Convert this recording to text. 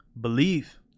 believe